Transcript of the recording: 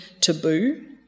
taboo